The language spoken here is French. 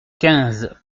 quinze